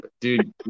dude